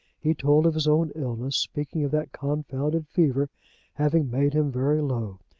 he told of his own illness, speaking of that confounded fever having made him very low.